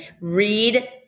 read